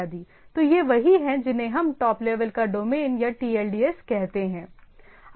तो ये वही हैं जिन्हें हम टॉप लेवल का डोमेन या टीएलडी कहते हैं